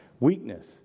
Weakness